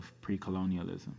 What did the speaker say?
pre-colonialism